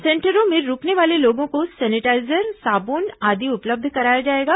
सेंटरों में रूकने वाले लोगों को सेनेटाईजर साबुन आदि उपलब्ध कराया जाएगा